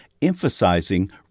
emphasizing